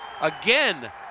Again